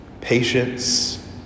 patience